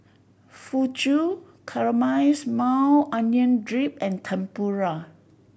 Fugu Caramelized Maui Onion Dip and Tempura